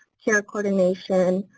care coordination,